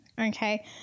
Okay